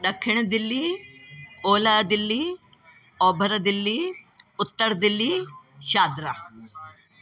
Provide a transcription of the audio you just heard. दखिण दिल्ली ओलह दिल्ली ओभर दिल्ली उत्तर दिल्ली शादरा